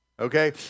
okay